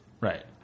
Right